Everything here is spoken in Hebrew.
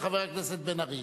חבר הכנסת בן-ארי,